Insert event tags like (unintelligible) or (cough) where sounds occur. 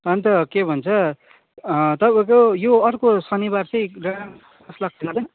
अन्त के भन्छ तपाईँहरूको यो अर्को शनिबार चाहिँ (unintelligible)